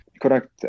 Correct